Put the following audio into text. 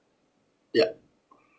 ya